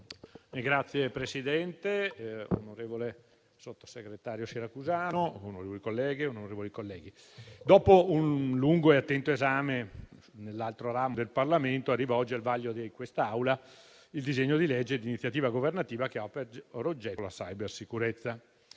Signor Presidente, sottosegretario Siracusano, onorevoli colleghe e colleghi, dopo un lungo e attento esame nell'altro ramo del Parlamento, arriva al vaglio di quest'Aula il disegno di legge di iniziativa governativa che ha per oggetto la cybersicurezza.